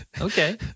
Okay